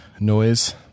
noise